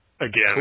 Again